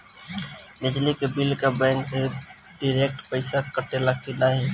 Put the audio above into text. बिजली के बिल का बैंक से डिरेक्ट पइसा कटेला की नाहीं?